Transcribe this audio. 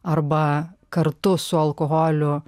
arba kartu su alkoholiu